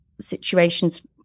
situations